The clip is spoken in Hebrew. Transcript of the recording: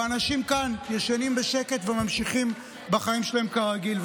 ואנשים כאן ישנים בשקט וממשיכים בחיים שלהם כרגיל.